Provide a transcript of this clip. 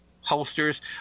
holsters –